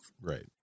Right